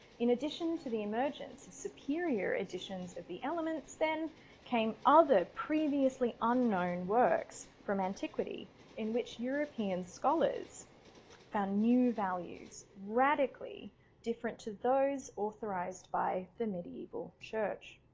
in addition to the emergence of superior editions of the elements then came other previously unknown works from antiquity in which european scholars found new values radically different to those authorized by the medieval church.